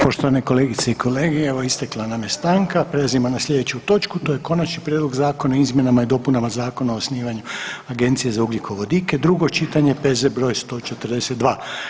Poštovane kolegice i kolege, evo istekla nam je stanka, prelazimo na slijedeću točku, to je: - Konačni prijedlog zakona o izmjenama i dopunama Zakona o osnivanju Agencije za ugljikovodike, drugo čitanje, P.Z. br. 142.